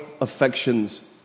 affections